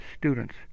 students